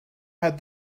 had